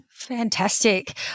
Fantastic